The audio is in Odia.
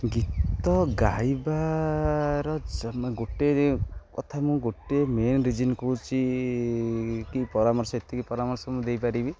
ଗୀତ ଗାଇବାର ଗୋଟେ କଥା ମୁଁ ଗୋଟେ ମେନ୍ ରିଜନ୍ କହୁଛି କି ପରାମର୍ଶ ଏତିକି ପରାମର୍ଶ ମୁଁ ଦେଇପାରିବି